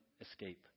escape